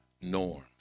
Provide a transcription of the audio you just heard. norms